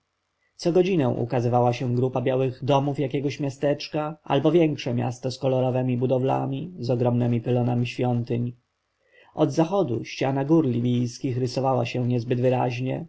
godzinę ukazywała się grupa białych domów jakiegoś miasteczka albo większe miasto z kolorowemi budowlami z ogromnemi pylonami świątyń od zachodu ściana gór libijskich rysowała się niezbyt wyraźnie